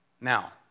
Now